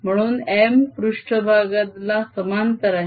म्हणून M पृष्ट्भागाला समांतर आहे